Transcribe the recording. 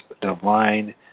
divine